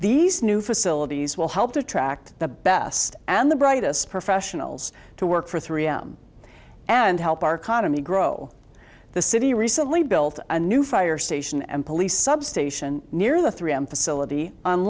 these new facilities will help to attract the best and the brightest professionals to work for three m and help our economy grow the city recently built a new fire station and police substation near the three m facility on